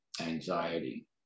anxiety